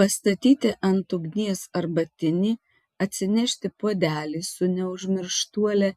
pastatyti ant ugnies arbatinį atsinešti puodelį su neužmirštuole